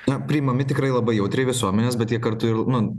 na priimami tikrai labai jautriai visuomenės bet jie kartu ir nu